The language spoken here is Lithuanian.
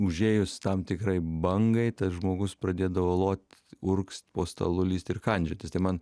užėjus tam tikrai bangai tas žmogus pradėdavo lot urgzt po stalu lįst ir kandžiotis tai man